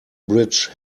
bridge